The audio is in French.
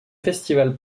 festival